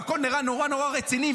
והכול נראה נורא נורא רציני,